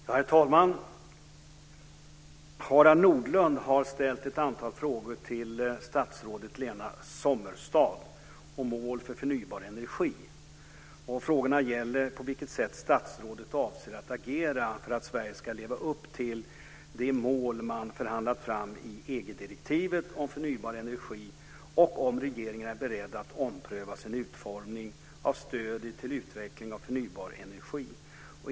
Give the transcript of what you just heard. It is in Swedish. Herr talman! Harald Nordlund har ställt ett antal frågor till statsrådet Lena Sommestad om mål för förnybar energi. Frågorna gäller på vilket sätt statsrådet avser att agera för att Sverige ska leva upp till det mål man förhandlat fram i EG-direktivet om förnybar energi och om regeringen är beredd att ompröva sin utformning av stödet till utveckling av förnybar energi.